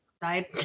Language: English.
died